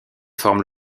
forme